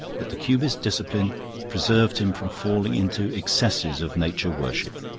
but the cubist discipline preserved him from falling into excesses of nature worship.